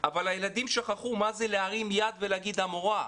אבל הילדים שכחו מה זה להרים יד ולהגיד "המורה".